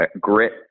grit